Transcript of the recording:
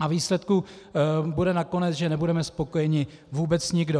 a výsledkem bude nakonec, že nebudeme spokojeni vůbec nikdo.